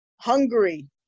Hungary